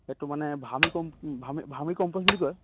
এইটো মানে ভামি কম ভামি ভাৰ্মিকম্প'ষ্ট বুলি কয়